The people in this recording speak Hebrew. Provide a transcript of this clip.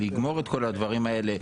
לגמור את כל הדברים האלה,